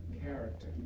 character